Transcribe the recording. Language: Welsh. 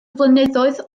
flynyddoedd